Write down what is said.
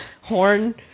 horn